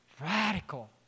Radical